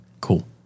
Cool